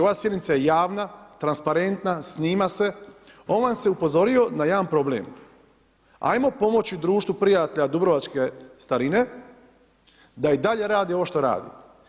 Ova sjednica je javna, transparentna, snima se, on vas je upozorio na jedan problem, ajmo pomoći društvu prijatelja dubrovačke starine, da i dalje rade ovo što rade.